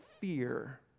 fear